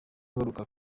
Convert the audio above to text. ngaruka